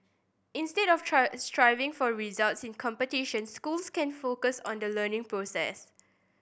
instead of striving for results in competitions schools can focus on the learning process